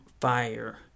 fire